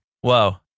Whoa